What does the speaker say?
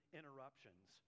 interruptions